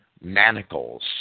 manacles